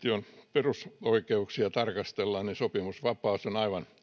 perusoikeuksia tarkastellaan niin sopimusvapaus on aivan